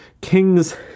kings